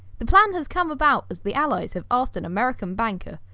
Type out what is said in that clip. the plan has come about as the allies have asked an american banker,